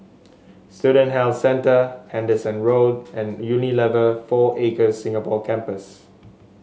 Student Health Centre Henderson Road and Unilever Four Acres Singapore Campus